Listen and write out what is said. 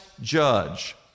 judge